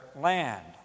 land